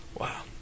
Wow